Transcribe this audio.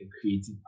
creative